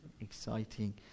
exciting